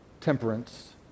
Temperance